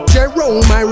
Jerome